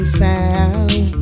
sound